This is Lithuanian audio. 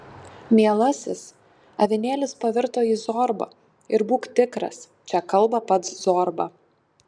mielasis avinėlis pavirto į zorbą ir būk tikras čia kalba pats zorba